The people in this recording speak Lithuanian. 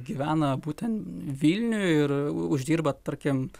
gyvena būtent vilniuj ir uždirba tarkim